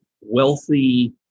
wealthy